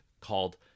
called